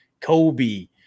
Kobe